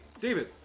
David